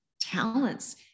talents